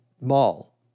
mall